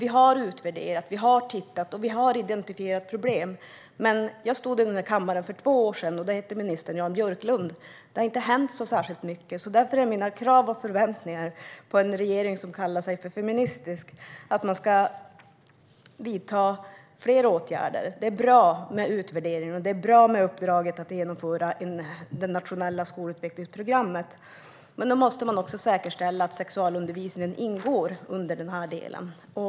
Vi har utvärderat, vi har tittat och vi har identifierat problem. Men jag stod i den här kammaren för två sedan, när ministern hette Jan Björklund, och det har inte hänt särskilt mycket sedan dess. Därför är mina krav och förväntningar på en regering som kallar sig feministisk att man ska vidta fler åtgärder. Det är bra med utvärderingar, och det är bra med uppdraget att genomföra det nationella skolutveck-lingsprogrammet, men man måste också säkerställa att sexualundervisningen ingår i denna del.